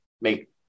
make